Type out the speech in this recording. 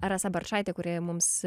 rasa barčaitė kuri mums